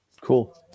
Cool